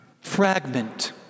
fragment